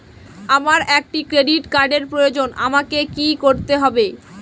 আমার একটি ক্রেডিট কার্ডের প্রয়োজন আমাকে কি করতে হবে?